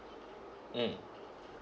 mm